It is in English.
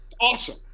awesome